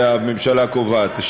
ממתי הממשלה קובעת?